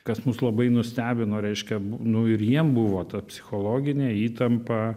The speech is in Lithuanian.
kas mus labai nustebino reiškia nu ir jiem buvo ta psichologinė įtampa